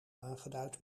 aangeduid